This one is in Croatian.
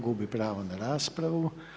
Gubi pravo na raspravu.